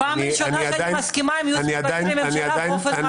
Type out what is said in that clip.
הפעם הראשונה שאני מסכימה עם הייעוץ המשפטי לממשלה באופן מלא.